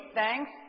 thanks